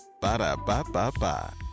Ba-da-ba-ba-ba